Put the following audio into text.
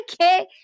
Okay